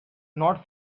not